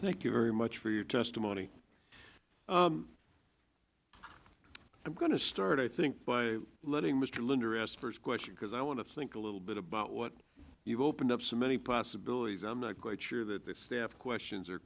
thank you very much for your testimony i'm going to start i think by letting mr linder ask first question because i want to think a little bit about what you've opened up so many possibilities i'm not quite sure that the staff questions are